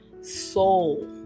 soul